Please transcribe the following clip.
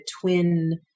twin